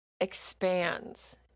expands